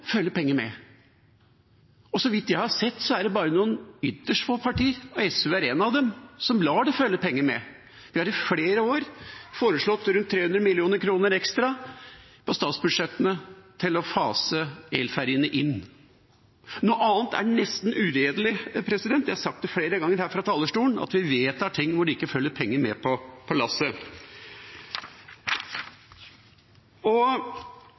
følge penger med. Og så vidt jeg har sett, er det bare noen ytterst få partier, og SV er ett av dem, som lar det følge penger med. Vi har i flere år foreslått rundt 300 mill. kr ekstra på statsbudsjettene til å fase inn el-ferjene. Noe annet er nesten uredelig. Jeg har sagt flere ganger her fra talerstolen at vi vedtar ting der det ikke følger penger med på